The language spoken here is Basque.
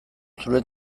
zure